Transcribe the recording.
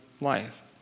life